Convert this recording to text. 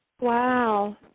Wow